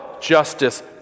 justice